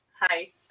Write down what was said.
hi